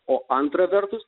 o antra vertus